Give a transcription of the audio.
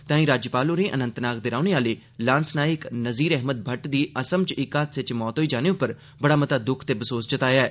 तांई राज्यपाल होरें अनंतनाग दे रौहने आहले लांस नायक नसीर अहमद भट्ट दी असाम च इक हादसे च मौत होई जाने उप्पर बड़ा मता दुख ते बसोस जताया ऐ